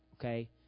okay